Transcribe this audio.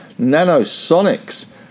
Nanosonics